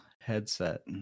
headset